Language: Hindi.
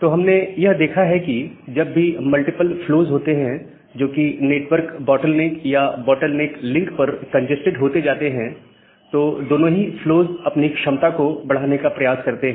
तो हमने यह देखा है कि जब भी मल्टीपल फ्लोज होते हैं जो कि नेटवर्क बॉटलनेक या बॉटलनेक लिंक पर कन्जेस्टेड होते जाते हैं तो दोनों ही फ्लोज अपनी क्षमता को बढ़ाने का प्रयास करते हैं